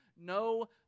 No